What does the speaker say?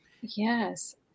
yes